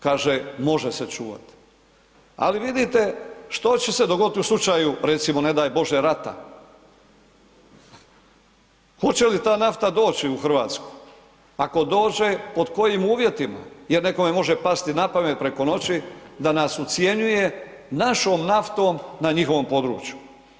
Kaže može se čuvati, ali vidite što će se dogoditi u slučaju recimo ne daj Bože rata, hoće li ta nafta doći u Hrvatsku, ako dođe pod kojim uvjetima, jer nekome može pasti napamet preko noći da nas ucjenjuje našom naftom na njihovom području.